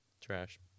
Trash